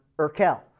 Urkel